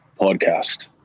Podcast